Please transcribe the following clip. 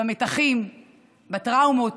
במתחים, בטראומות,